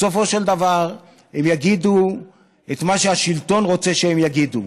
בסופו של דבר הם יגידו את מה שהשלטון רוצה שהם יגידו,